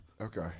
Okay